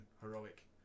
heroic